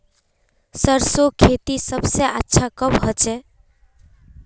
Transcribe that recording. सरसों खेती सबसे अच्छा कब होचे?